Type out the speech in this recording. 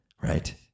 right